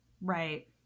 right